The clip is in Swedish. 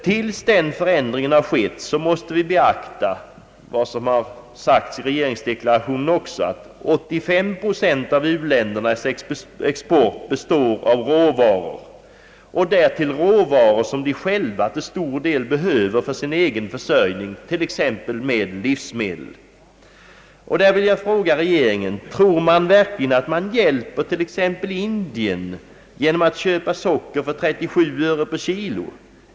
Tills den förändringen har skett måste vi beakta vad som också sagts i regeringsdeklarationen, nämligen att 85 porcent av u-ländernas export består av råvaror, och därtill råvaror som de till stor del själva behöver för sin egen försörjning, t.ex. med livsmedel. Därför vill jag fråga regeringen: Tror man verkligen att man hjälper t.ex. Indien genom att köpa socker för 37 öre per kilo?